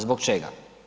Zbog čega?